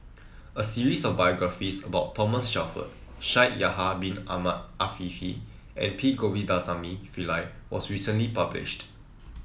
a series of biographies about Thomas Shelford Shaikh Yahya Bin Ahmed Afifi and P Govindasamy Pillai was recently published